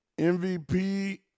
MVP